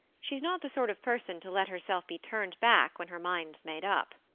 she's not the sort of person to let herself be turned back when her mind's made up.